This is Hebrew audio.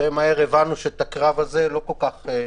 די מהר הבנו שאת הקרב הזה לא ניצחנו,